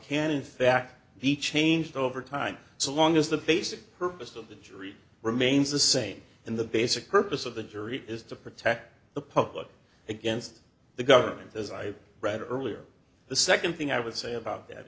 can in fact be changed over time so long as the basic purpose of the jury remains the same and the basic purpose of the jury is to protect the public against the government as i read earlier the second thing i would say about that